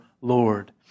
Lord